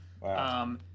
Wow